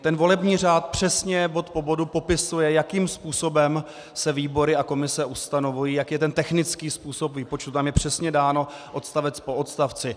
Ten volební řád přesně, bod po bodu, popisuje, jakým způsobem se výbory a komise ustanovují, jaký je ten technický způsob výpočtu, to tam je přesně dáno, odstavec po odstavci.